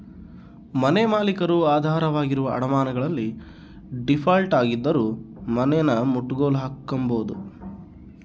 ಮನೆಮಾಲೀಕರು ಆಧಾರವಾಗಿರುವ ಅಡಮಾನಗಳಲ್ಲಿ ಡೀಫಾಲ್ಟ್ ಆಗಿದ್ದರೂ ಮನೆನಮುಟ್ಟುಗೋಲು ಹಾಕ್ಕೆಂಬೋದು